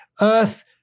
Earth